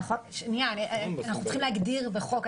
אנחנו צריכים להגדיר בחוק.